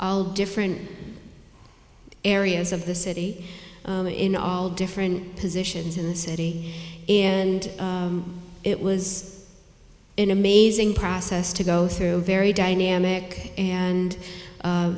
all different areas of the city in all different positions in the city and it was an amazing process to go through very dynamic and